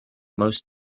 most